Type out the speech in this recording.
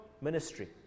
ministry